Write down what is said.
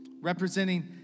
Representing